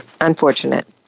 unfortunate